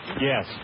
Yes